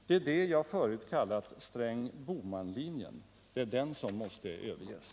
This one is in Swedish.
Det är det jag förut kallade Sträng-Bohman-linjen, och det är den som måste överges.